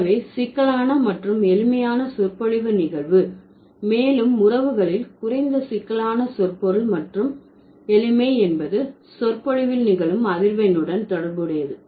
எனவே சிக்கலான மற்றும் எளிமையான சொற்பொழிவு நிகழ்வு மேலும் உறவுகளில் குறைந்த சிக்கலான சொற்பொருள் மற்றும் எளிமை என்பது சொற்பொழிவில் நிகழும் அதிர்வெண்ணுடன் தொடர்புடையது